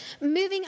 moving